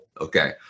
okay